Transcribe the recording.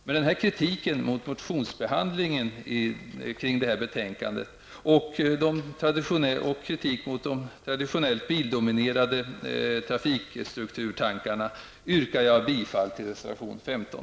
Med den här kritiken mot motionsbehandlingen när de gäller det här betänkandet och kritiken mot det traditionellt bildominerade trafikstrukturtankarna yrkar jag bifall till reservation 15.